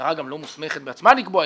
המשטרה לא מוסמכת בעצמה לקבוע,